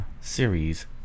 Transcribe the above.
series